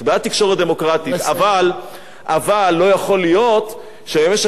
אבל לא יכול להיות שבמשך ארבע שנים אני חבר כנסת